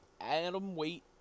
Atomweight